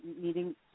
meeting